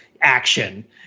action